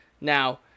Now